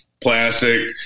plastic